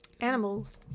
Animals